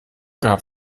gehabt